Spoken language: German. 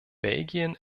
belgien